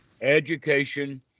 education